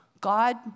God